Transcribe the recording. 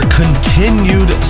continued